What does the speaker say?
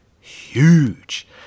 huge